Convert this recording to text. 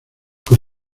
con